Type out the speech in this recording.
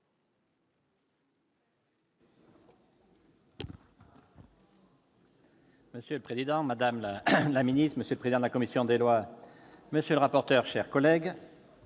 Monsieur le président, madame la ministre, monsieur le président de la commission des lois, monsieur le rapporteur, chers collègues,